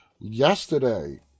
yesterday